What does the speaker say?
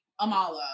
amala